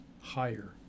higher